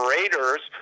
Raiders